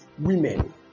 women